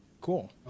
Cool